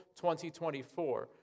2024